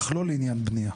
אך לא לעניין בנייה.